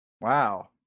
wow